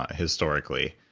historically.